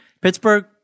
Pittsburgh –